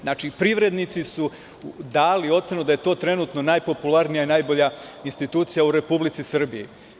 Znači, privrednici su dali ocenu da je to trenutno najpopularnija i najbolja institucija u Republici Srbiji.